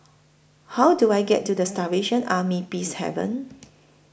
How Do I get to The Salvation Army Peacehaven